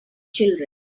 children